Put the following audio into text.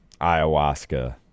ayahuasca